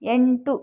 ಎಂಟು